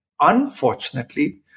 unfortunately